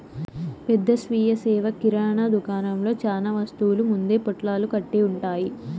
పెద్ద స్వీయ సేవ కిరణా దుకాణంలో చానా వస్తువులు ముందే పొట్లాలు కట్టి ఉంటాయి